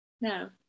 No